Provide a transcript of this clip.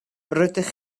rydych